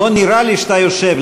לא נראה לי שאתה יושב,